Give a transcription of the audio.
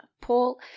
Paul